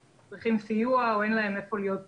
שצריכים סיוע או שאין להם איפה להיות בבידוד.